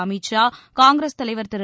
அமித் ஷா காங்கிரஸ் தலைவர் திரு